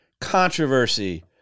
controversy